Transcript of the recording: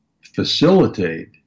facilitate